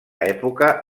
època